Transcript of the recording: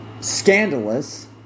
scandalous